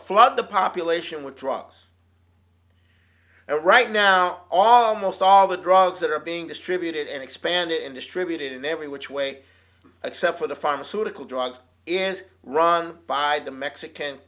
flood the population with drugs and right now on most all the drugs that are being distributed and expanded and distributed in every which way except for the pharmaceutical drugs is run by the mexican